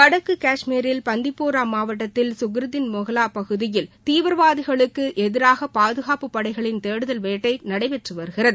வடக்கு கஷ்மீரில் பந்திப்போரா மாவட்டத்தில் சுக்ரிதீன் மொகலா பகுதியில் தீவிரவாதிகளுக்கு எதிராக பாதுகாப்புப் படைகளின் தேடுதல் வேட்டை நடைபெற்று வருகிறது